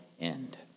end